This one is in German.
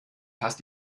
fast